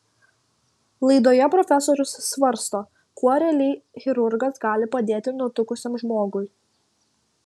laidoje profesorius svarsto kuo realiai chirurgas gali padėti nutukusiam žmogui